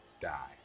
die